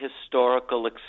historical